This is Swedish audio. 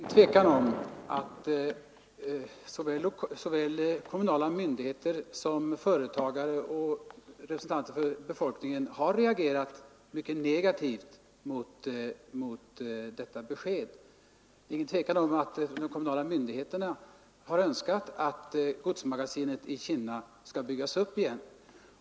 Herr talman! Det är ingen tvekan om att såväl kommunala myndigheter som företagare och representanter för befolkningen har reagerat mycket negativt mot detta besked. De kommunala myndigheterna har önskat att godsmagasinet i Kinna skall byggas upp igen.